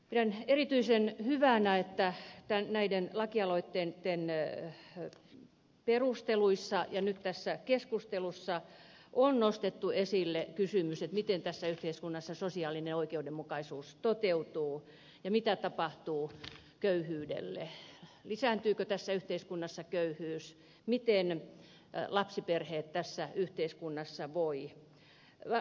pidän erityisen hyvänä että näiden lakialoitteiden perusteluissa ja nyt tässä keskustelussa on nostettu esille kysymys miten tässä yhteiskunnassa sosiaalinen oikeudenmukaisuus toteutuu ja mitä tapahtuu köyhyydelle lisääntyykö tässä yhteiskunnassa köyhyys miten lapsiperheet tässä yhteiskunnassa voivat